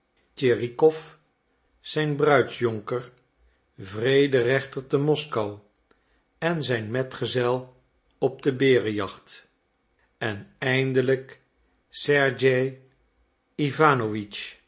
tschirikow zijn bruidsjonker vrederechter te moskou en zijn metgezel op de berenjacht en eindelijk sergej